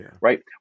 right